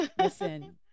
Listen